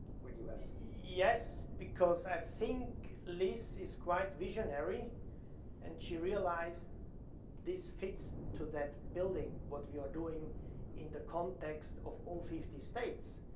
when you asked. yes, because i think liz is quite visionary and she realized this fits to that building what we are doing in the context of all fifty states,